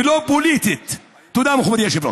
כדי לבחון מקרוב את המצוקה,